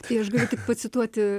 tai aš galiu tik pacituoti